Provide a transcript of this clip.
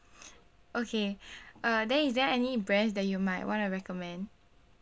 okay uh then is there any brands that you might want to recommend